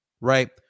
right